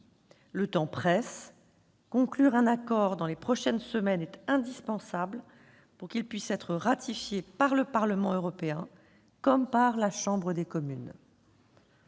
Le temps presse : conclure un accord dans les prochaines semaines est indispensable, pour que celui-ci puisse être ratifié par le Parlement européen comme par la Chambre des communes.